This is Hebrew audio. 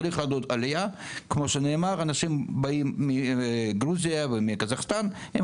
צריך עידוד עלייה וכמו שנאמר אנשים שבאים מגרוזיה וקזחסטן כמו שאמר אלי,